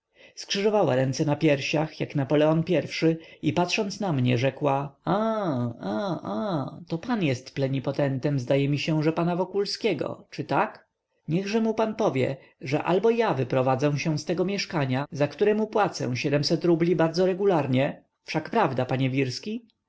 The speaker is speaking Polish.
skrzyżowała ręce na piersiach jak napoleon i i patrząc na mnie rzekła a a a to pan jest plenipotentem zdaje mi się że pana wokulskiego czy tak niechże mu pan powie że albo ja wyprowadzę się z tego mieszkania za które płacę mu rubli bardzo regularnie wszak prawda panie wirski